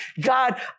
God